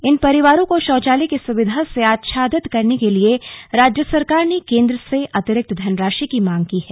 इन परिवारों को शौचालय की सुविधा से आच्छादित करने के लिए राज्य सरकार ने केंद्र से अतिरिक्त धनराशि की मांग की है